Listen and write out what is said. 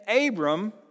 Abram